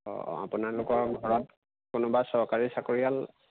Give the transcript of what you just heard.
অঁ অঁ আপোনালোকৰ ঘৰত কোনোবা চৰকাৰী চাকৰিয়াল